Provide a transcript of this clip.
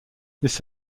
this